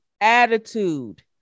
attitude